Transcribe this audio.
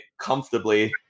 comfortably